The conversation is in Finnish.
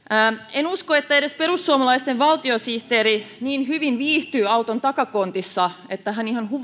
en usko että edes perussuomalaisten valtiosihteeri niin hyvin viihtyy auton takakontissa että hän ihan